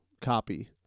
copy